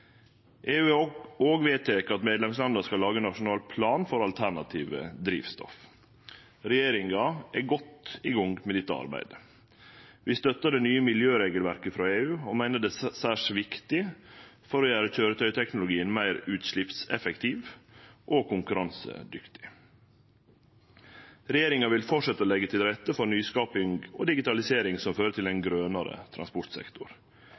EU har òg vedteke at medlemslanda skal lage ein nasjonal plan for alternative drivstoff. Regjeringa er godt i gang med dette arbeidet. Vi støttar det nye miljøregelverket frå EU og meiner det er særs viktig for å gjere køyretøyteknologien meir utsleppseffektiv og konkurransedyktig. Regjeringa vil fortsetje å leggje til rette for nyskaping og digitalisering som fører til ein grønare transportsektor,